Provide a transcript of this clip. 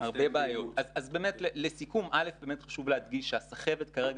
אז לסיכום באמת חשוב להדגיש שהסחבת כרגע